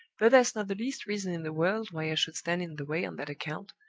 but there's not the least reason in the world why i should stand in the way on that account.